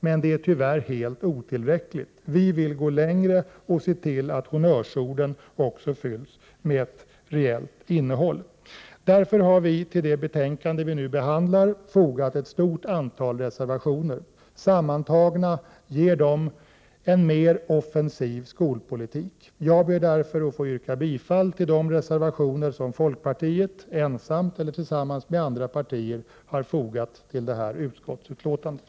Men det är tyvärr helt otillräckligt. Vi vill gå längre och se till att honnörsorden också fylls med ett reellt innehåll. Därför har vi till det betänkande vi nu behandlar fogat ett stort antal reservationer. Sammantagna ger de en mer offensiv skolpolitik. Jag ber därför att få yrka bifall till de reservationer som folkpartiet, ensamt eller tillsammans med andra partier, har fogat till utskottsbetänkandet.